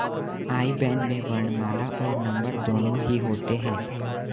आई ban में वर्णमाला और नंबर दोनों ही होते हैं